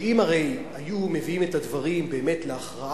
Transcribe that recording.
שאם היו מביאים את הדברים להכרעה